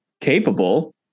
capable